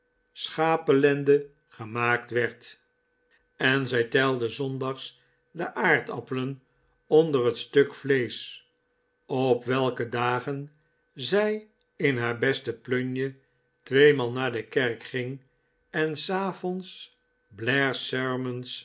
schapelende gemaakt werd en zij telde s zondags de aardappelen onder het stuk vleesch op welke dagen zij in haar beste plunje tweemaal naar de kerk ging en savonds